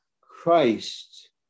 Christ